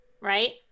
right